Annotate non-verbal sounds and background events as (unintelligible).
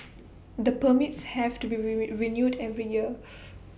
(noise) the permits have to be (unintelligible) renewed every year